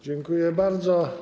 Dziękuję bardzo.